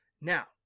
now